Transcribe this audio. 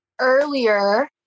earlier